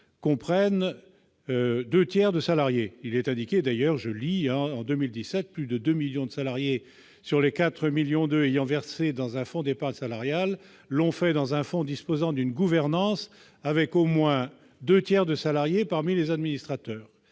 comprennent deux tiers de salariés :« En 2017, plus de 2 millions de salariés sur les 4,2 millions ayant versé dans un fonds d'épargne salariale l'ont fait dans un fonds disposant d'une gouvernance, avec au moins deux tiers de salariés parmi les administrateurs.